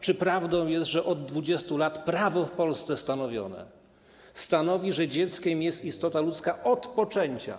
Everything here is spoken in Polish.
Czy prawdą jest, że od 20 lat prawo w Polsce stanowione stanowi, że dzieckiem jest istota ludzka od poczęcia?